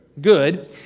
good